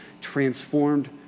transformed